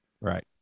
Right